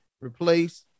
replace